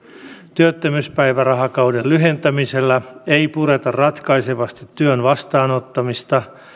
työttömyyspäivärahakauden lyhentämisellä ei pureta ratkaisevasti työn vastaanottamista